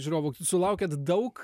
žiūrovų sulaukėt daug